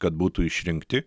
kad būtų išrinkti